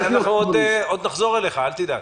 אנחנו עוד נחזור אליך, אל תדאג.